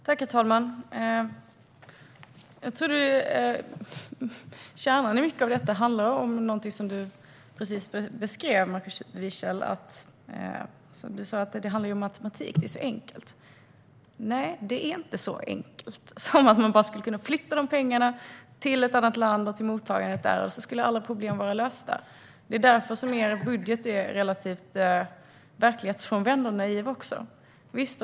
Herr talman! Kärnan i mycket av detta handlar om någonting som du precis beskrev, Markus Wiechel. Du sa att det handlar om matematik och att det är så enkelt. Nej, det är inte så enkelt som att man bara skulle kunna flytta de pengarna till ett annat land och mottagandet där, och så skulle alla problem vara lösta. Det är också därför som er budget är relativt verklighetsfrånvänd och naiv.